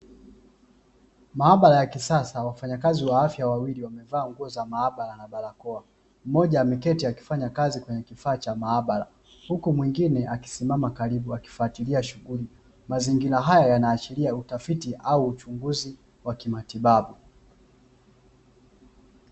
Maabara ya kisasa, wafanyakazi wa afya wawili wamevalia nguo za maabara na barakoa. Mmoja ameketi akifanya kazi kwenye kifaa cha maabara, huku mwingne akisimama karibu akifuatilia shughuli. Mazingira haya yanaashiria utafiti au uchunguzi wa kimatibabu.